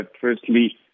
firstly